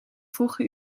vroege